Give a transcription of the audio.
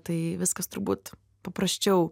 tai viskas turbūt paprasčiau